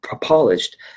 polished